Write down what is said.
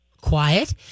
quiet